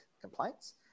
complaints